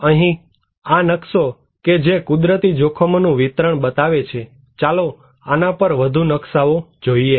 અહીં આ નકશો કે જે કુદરતી જોખમો નું વિતરણ બતાવે છે ચાલો આના પર વધુ નકશાઓ જોઈએ